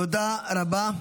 תודה רבה.